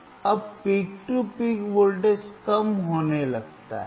अब peak to peak voltage कम होने लगता है